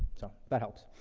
so that helps.